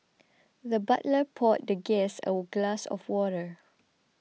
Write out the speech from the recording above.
the butler poured the guest a glass of water